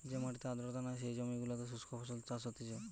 যে মাটিতে আর্দ্রতা নাই, যেই জমি গুলোতে শুস্ক ফসল চাষ হতিছে